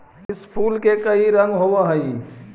इस फूल के कई रंग होव हई